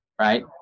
right